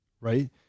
Right